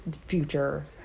future